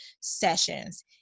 sessions